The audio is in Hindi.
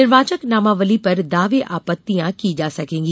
निर्वाचक नामावली पर दावे आपत्तियां की जा सकेंगी